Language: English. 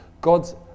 God's